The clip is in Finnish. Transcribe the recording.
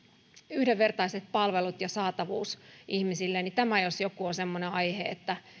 yhdenvertaiset palvelut ja saatavuus ihmisille eli tämä jos joku on semmoinen aihe että